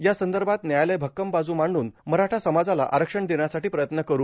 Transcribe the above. यासंदर्भात न्यायालयात भक्कम बाजू मांडून मराठा समाजाला आरक्षण देण्यासाठी प्रयत्न कठ